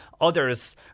others